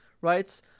right